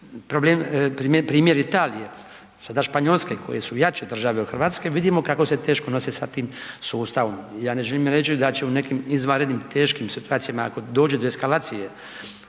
Primjer Italije, sada Španjolske koje su jače države od Hrvatske vidimo kako se teško nose sa tim sustavom. Ja ne želim reći da će u nekim izvanrednim teškim situacijama ako dođe do eskalacije